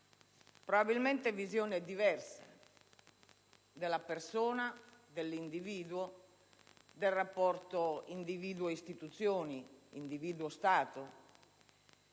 contrappongano visioni diverse della persona, dell'individuo, del rapporto individuo‑istituzioni ed individuo‑Stato.